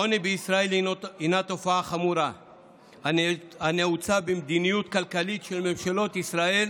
העוני בישראל הינו תופעה חמורה הנעוצה במדיניות כלכלית של ממשלות ישראל